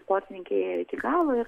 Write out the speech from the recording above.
sportininkė ėjo iki galo ir